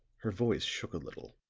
her voice shook a little.